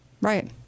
Right